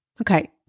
Okay